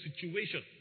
situation